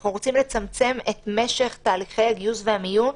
אנחנו רוצים לצמצם את משך תהליכי הגיוס והמיון.